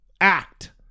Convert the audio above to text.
act